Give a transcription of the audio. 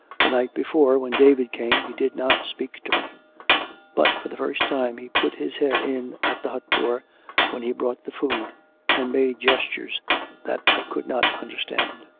the night be fore, when david came, he did not speak to me but for the first time he put his head in at the hut-door when he brought the food and made gestures that i could not under stand.